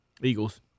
Eagles